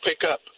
pickup